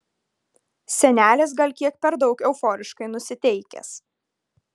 senelis gal kiek per daug euforiškai nusiteikęs